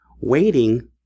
waiting